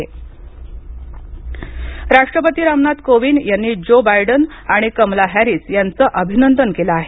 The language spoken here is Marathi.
मोदी अभिनंदन राष्ट्रपती रामनाथ कोविंद यांनी ज्यो बायडन आणि कमला हॅरीस यांचे अभिनंदन केलं आहे